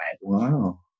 Wow